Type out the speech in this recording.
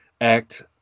act